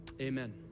Amen